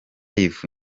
live